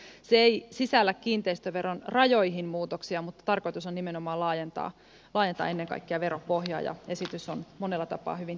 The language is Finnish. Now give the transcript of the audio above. se ei sisällä kiinteistöveron rajoihin muutoksia mutta tarkoitus on nimenomaan laajentaa ennen kaikkea veropohjaa ja esitys on monella tapaa hyvin tärkeä